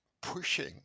pushing